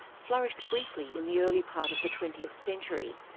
flourished briefly in the early part of the twentieth century,